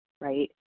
Right